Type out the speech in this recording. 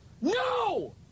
No